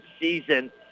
season